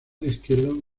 izquierdo